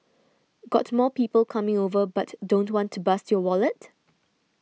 got more people coming over but don't want to bust your wallet